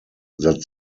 that